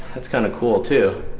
that's kind of cool, too